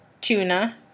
tuna